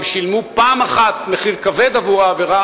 הם שילמו פעם אחת מחיר כבד על העבירה,